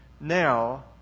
Now